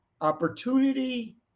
opportunity